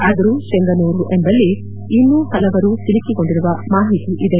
ಆದರೂ ಚೆಂಗಾನೂರ್ ಎಂಬಲ್ಲಿ ಇನ್ನೂ ಹಲವರು ಸಿಲುಕಿಕೊಂಡಿರುವ ಮಾಹಿತಿ ಇದೆ